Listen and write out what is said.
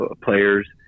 players